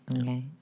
Okay